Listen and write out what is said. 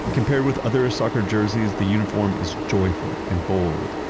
compared with other soccer jerseys, the uniform is joyful and bold.